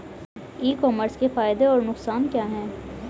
ई commerce के फायदे और नुकसान क्या हैं?